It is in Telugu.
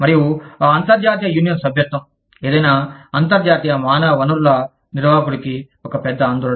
మరియు ఆ అంతర్జాతీయ యూనియన్ సభ్యత్వం ఏదైనా అంతర్జాతీయ మానవ వనరుల నిర్వాహకుడికి ఒక పెద్ద ఆందోళన